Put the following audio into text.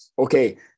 okay